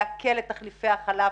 לעכל את תחליפי החלב,